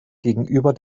gegenüber